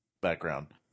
background